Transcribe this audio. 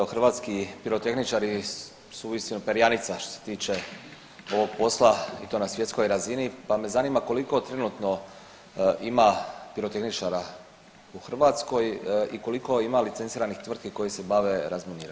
Evo hrvatski pirotehničari su uistinu perjanica što se tiče ovog posla i to na svjetskoj razini pa me zanima koliko trenutno ima pirotehničara u Hrvatskoj i koliko ima licenciranih tvrtki koje se bave razminiranjem?